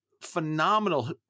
phenomenal